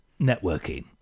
networking